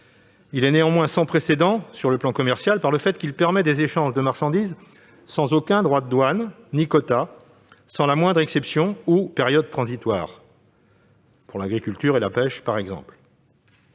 Il est néanmoins sans précédent sur le plan commercial par le fait qu'il permet des échanges de marchandises sans aucun droit de douane ni quota, sans la moindre exception ou période transitoire, pour l'agriculture et la pêche, par exemple.